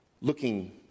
looking